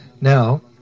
Now